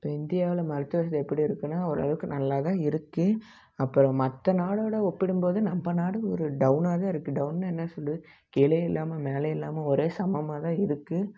இப்போ இந்தியாவில் மருத்துவம் வசதி எப்படி இருக்குதுன்னா ஓரளவுக்கு நல்லாக தான் இருக்குது அப்பறம் மற்ற நாடோடு ஒப்பிடும் போது நம்ம நாடு ஒரு டவுனாக இருக்குது டவுன்னா என்ன சொல்கிறது கீழேயும் இல்லாமல் மேலேயும் இல்லாமல் ஒரு சமமாக தான் இருக்கும்